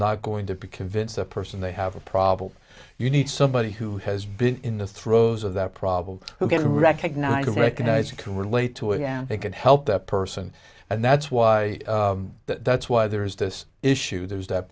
not going to convince a person they have a problem you need somebody who has been in the throes of that problem who can recognize recognize it can relate to again they can help that person and that's why that's why there is this issue there's that